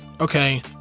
okay